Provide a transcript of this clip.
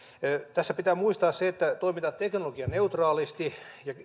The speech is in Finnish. tässä pitää muistaa se että toimitaan teknologianeutraalisti